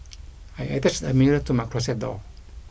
I attached a mirror to my closet door